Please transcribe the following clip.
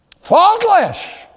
Faultless